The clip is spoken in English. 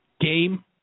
game